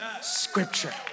scripture